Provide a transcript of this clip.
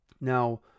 Now